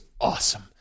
awesome